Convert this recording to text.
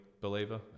believer